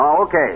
okay